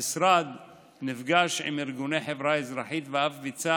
המשרד נפגש עם ארגוני החברה האזרחית ואף ביצע